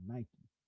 Nike